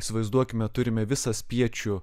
įsivaizduokime turime visą spiečių